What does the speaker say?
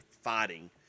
fighting